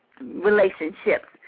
relationships